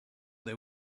they